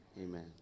Amen